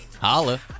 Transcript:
Holla